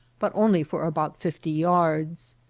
but only for about fifty yards.